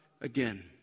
again